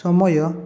ସମୟ